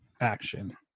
action